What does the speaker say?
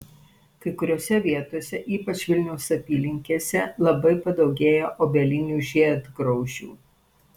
kai kuriose vietose ypač vilniaus apylinkėse labai padaugėjo obelinių žiedgraužių